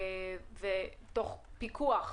תוך פיקוח